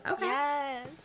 Yes